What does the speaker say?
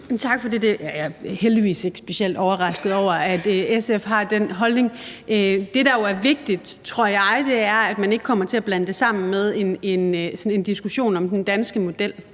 Tak. Jeg er heldigvis ikke specielt overrasket over, at SF har den holdning. Det, der jo er vigtigt, tror jeg, er, at man ikke kommer til at blande det sammen med en diskussion om den danske model,